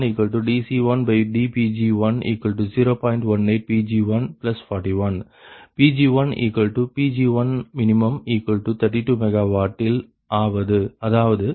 Pg1 Pg1min32 MW இல் அதாவது 1 1min0